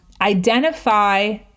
identify